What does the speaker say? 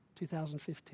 2015